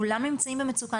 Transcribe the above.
כולם נמצאים במצוקה.